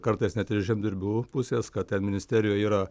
kartais net ir iš žemdirbių pusės kad ten ministerijoj yra